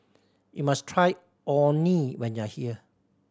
you must try Orh Nee when you are here